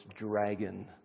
dragon